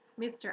Mr